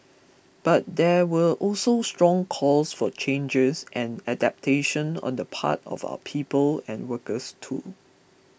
but there were also strong calls for changes and adaptation on the part of our people and workers too